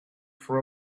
for